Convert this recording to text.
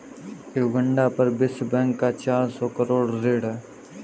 Uganda पर विश्व bank का चार सौ करोड़ ऋण है